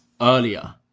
earlier